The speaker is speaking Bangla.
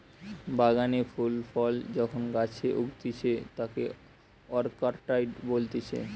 বাগানে ফুল ফল যখন গাছে উগতিচে তাকে অরকার্ডই বলতিছে